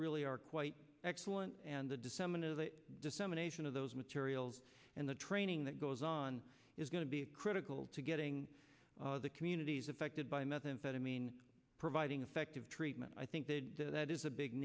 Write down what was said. really are quite excellent and the disseminated the dissemination of those materials and the training that goes on is going to be critical to getting the communities affected by methamphetamine providing effective treatment i think that is a big